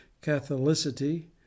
Catholicity